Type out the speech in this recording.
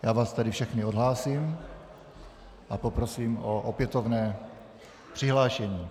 Já vás tedy všechny odhlásím a poprosím o opětovné přihlášení.